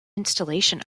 installation